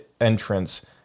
entrance